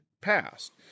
Passed